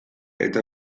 eta